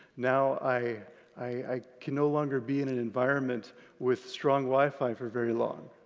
now i i can no longer be in an environment with strong wi-fi for very long.